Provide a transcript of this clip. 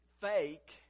fake